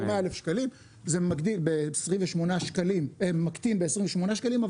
עבור 100,000 שקלים זה מקטין ב-28 שקלים,